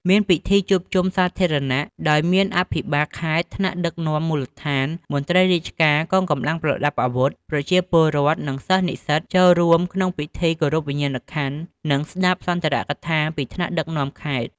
មានពិធីជួបជុំសាធារណៈ ដោយមានអភិបាលខេត្ត ថ្នាក់ដឹកនាំមូលដ្ឋាន មន្ត្រីរាជការ កងកម្លាំងប្រដាប់អាវុធ ប្រជាពលរដ្ឋ និងសិស្សនិស្សិតចូលរួមក្នុងពិធីគោរពវិញ្ញាណក្ខន្ធ និងស្ដាប់សុន្ទរកថាពីថ្នាក់ដឹកនាំខេត្ត។